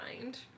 mind